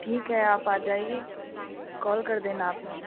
ठीक है आप आ जाइए कॉल कर देना आपने